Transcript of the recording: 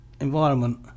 environment